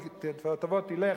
תלך,